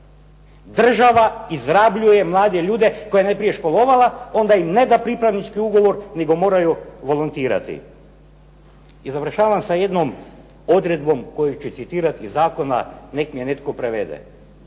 Država izrabljuje mlade ljude koje je najprije školovala, onda im ne da pripravnički ugovor, nego moraju volontirati. I završavam sa jednom odredbom koju ću citirati iz zakona, nek mi netko prevede.